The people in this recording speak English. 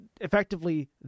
effectively